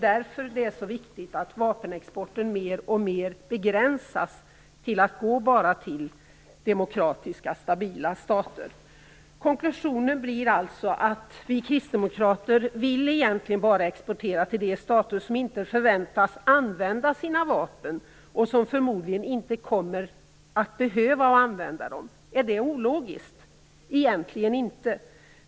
Därför är det så viktigt att vapenexporten mer och mer begränsas till att bara gå till demokratiska stabila stater. Konklusionen blir alltså att vi kristdemokrater egentligen bara vill exportera till de stater som inte förväntas använda sina vapen och som förmodligen inte kommer att behöva att använda dem. Är det ologiskt? Egentligen inte.